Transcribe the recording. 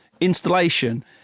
installation